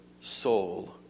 soul